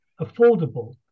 affordable